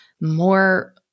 more